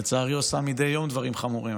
ולצערי היא עושה מדי יום דברים חמורים,